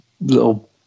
little